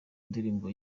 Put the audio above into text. ndirimbo